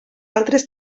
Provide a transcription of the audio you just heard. altres